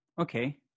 Okay